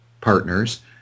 partners